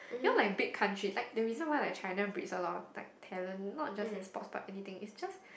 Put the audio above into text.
you know like big country like the reason why like China breeds a lot of like talent not just in sport but anything is just